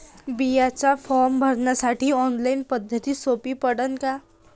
बिम्याचा फारम भरासाठी ऑनलाईन पद्धत सोपी पडन का?